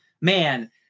man